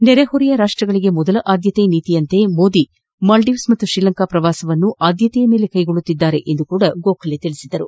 ನೆರೆ ಹೊರೆಯ ರಾಷ್ಟಗಳಿಗೆ ಆದ್ಯತೆ ನೀತಿಯಂತೆ ಪ್ರಧಾನಿ ಮೋದಿ ಮಾಲ್ಡೀವ್ಸ್ ಮತ್ತು ಶ್ರೀಲಂಕಾ ಪ್ರವಾಸವನ್ನು ಆದ್ಯತೆಯ ಮೇರೆಗೆ ಕೈಗೊಳ್ಳುತ್ತಿದ್ದಾರೆ ಎಂದು ಗೋಖಲೆ ತಿಳಿಸಿದ್ದಾರೆ